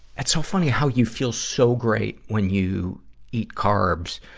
it's so funny how you feel so great when you eat carbs,